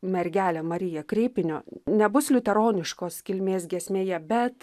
mergelę mariją kreipinio nebus liuteroniškos kilmės giesmėje bet